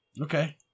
Okay